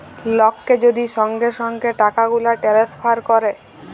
লককে যদি সঙ্গে সঙ্গে টাকাগুলা টেলেসফার ক্যরে